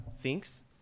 thinks